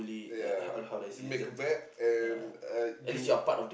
ya you make a bet and uh you